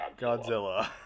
Godzilla